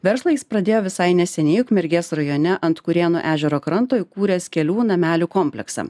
verslą jis pradėjo visai neseniai ukmergės rajone ant kurėno ežero kranto įkūręs kelių namelių kompleksą